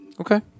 Okay